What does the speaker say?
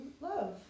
love